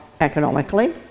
economically